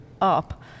up